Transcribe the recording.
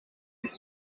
het